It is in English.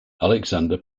alexander